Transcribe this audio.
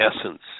essence